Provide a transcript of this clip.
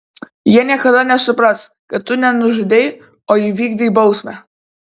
jie niekada nesupras kad tu ne nužudei o įvykdei bausmę